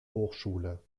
hochschule